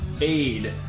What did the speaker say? aid